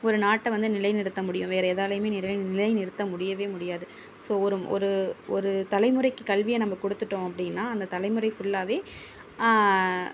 ஒரு நாட்டை வந்து நிலை நிறுத்த முடியும் வேறு எதாலையுமே நிறை நிலை நிறுத்த முடியவே முடியாது ஸோ ஒரு ஒரு ஒரு தலைமுறைக்கு கல்வியை நம்ம கொடுத்துட்டோம் அப்படினா அந்த தலைமுறை ஃபுல்லாகவே